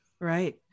Right